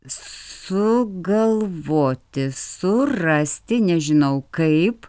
sugalvoti surasti nežinau kaip